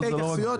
התייחסויות.